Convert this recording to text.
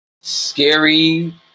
Scary